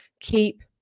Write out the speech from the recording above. keep